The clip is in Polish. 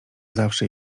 zawsze